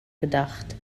gedacht